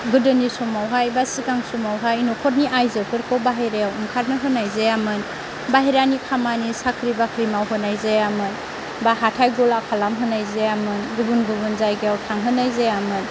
गोदोनि समावहाय बा सिगां समावहाय न'खरनि आइजोफोरखौ बाहेरायाव ओंखारनो होनाय जायामोन बाहेरानि खामानि साख्रि बाख्रि मावहोनाय जायामोन बा हाथाय गला खालामहोनाय जायामोन गुबुन गुबुन जायगायाव थांहोनाय जायामोन